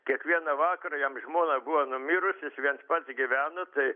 kiekvieną vakarą jam žmona buvo numirusius jis viens pats gyveno tai